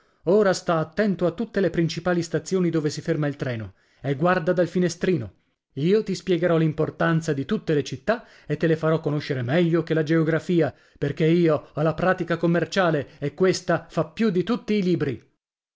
ora sta attento a tutte le principali stazioni dove si ferma il treno e guarda dal finestrino io ti spiegherò l'importanza dì tutte le città e te le farò conoscere meglio che la geografia perché io ho la pratica commerciale e questa fa più dì tutti i libri